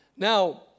Now